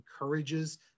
encourages